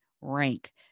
rank